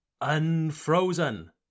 unfrozen